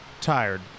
tired